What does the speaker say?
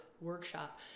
workshop